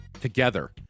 together